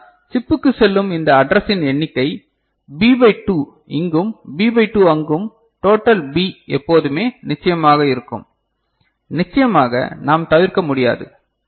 ஆனால் சிப்புக்கு செல்லும் இந்த அட்ரெஸ்ஸின் எண்ணிக்கை B பை 2 இங்கும் B பை 2 அங்கும் டோடல் B எப்போதுமே நிச்சயமாக இருக்கும் நிச்சயமாக நாம் தவிர்க்க முடியாது சரி